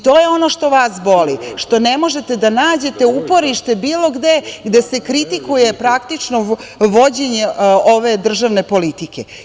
To je ono što vas boli, što ne možete da nađete uporište bilo gde gde se kritikuje praktično vođenje ove državne politike.